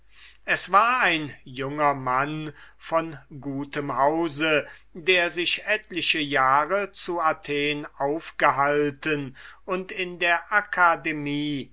es war ein junger mann von gutem hause der sich etliche jahre zu athen aufgehalten und in der akademie